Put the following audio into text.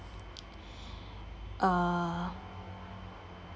uh